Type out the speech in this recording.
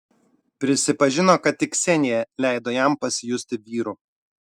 prisipažino kad tik ksenija leido jam pasijusti vyru